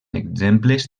exemples